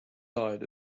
diet